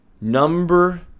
Number